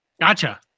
Gotcha